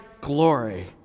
glory